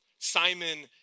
Simon